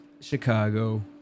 Chicago